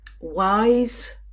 wise